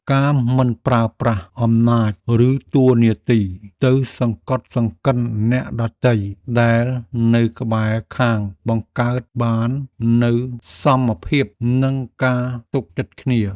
ការមិនប្រើប្រាស់អំណាចឬតួនាទីទៅសង្កត់សង្កិនអ្នកដទៃដែលនៅក្បែរខាងបង្កើតបាននូវសមភាពនិងការទុកចិត្តគ្នា។